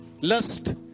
Lust